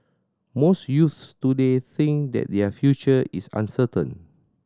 most youths today think that their future is uncertain